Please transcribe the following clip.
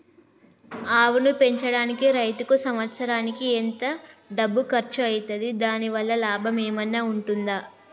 ఆవును పెంచడానికి రైతుకు సంవత్సరానికి ఎంత డబ్బు ఖర్చు అయితది? దాని వల్ల లాభం ఏమన్నా ఉంటుందా?